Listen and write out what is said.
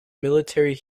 military